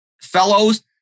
fellows